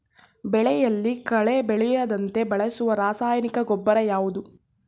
ಬೆಳೆಯಲ್ಲಿ ಕಳೆ ಬೆಳೆಯದಂತೆ ಬಳಸುವ ರಾಸಾಯನಿಕ ಗೊಬ್ಬರ ಯಾವುದು?